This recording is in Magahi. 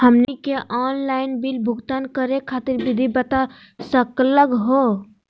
हमनी के आंनलाइन बिल भुगतान करे खातीर विधि बता सकलघ हो?